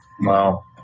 Wow